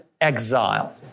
exile